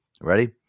Ready